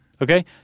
Okay